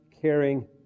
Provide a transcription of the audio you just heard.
caring